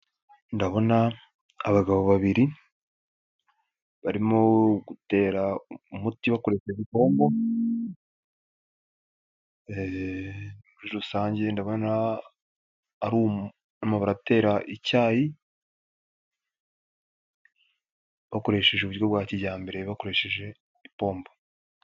Ndabona abagabo babiri, barimo gutera umuti bakoresheje ipombo, muri rusange ndabona barimo baratera icyayi bakoreshe uburyo bwa kijyambere bakoresheje ipombo.